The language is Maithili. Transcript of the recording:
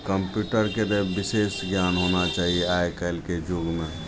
कम्प्यूटरके तऽ विशेष ज्ञान होना चाही आइकाल्हिके जुगमे